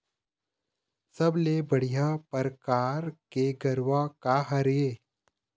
सबले बढ़िया परकार के गरवा का हर ये?